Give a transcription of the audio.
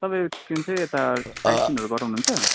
तपाईँको के भन्छ यता साइट सिनहरू गराउनु हुन्छ